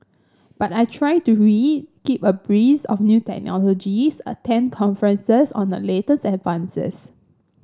but I try to read keep abreast of new technologies attend conferences on the latest advances